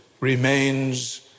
remains